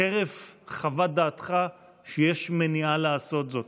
חרף חוות דעתך שיש מניעה לעשות זאת.